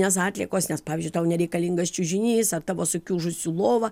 nes atliekos nes pavyzdžiui tau nereikalingas čiužinys ar tavo sukiužusi lova